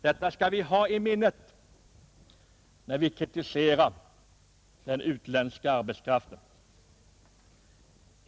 Detta skall vi ha i minnet när vi kritiserar den utländska arbetskraften.